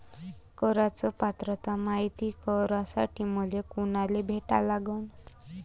कराच पात्रता मायती करासाठी मले कोनाले भेटा लागन?